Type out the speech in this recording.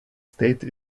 state